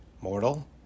Mortal